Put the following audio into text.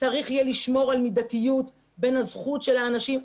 צריך יהיה לשמור על מידתיות בין הזכות של האנשים.